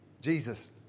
Jesus